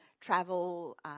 travel